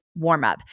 warmup